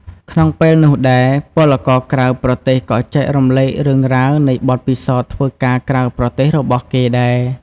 ក្នុងពេលនោះដែរ ពលករក្រៅប្រទេសក៏ចែករំលែករឿងរ៉ាវនៃបទពិសោធន៍ធ្វើការក្រៅប្រទេសរបស់គេដែរ។